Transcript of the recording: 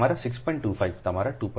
25 તમારા 2